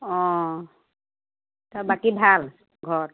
অঁ বাকী ভাল ঘৰত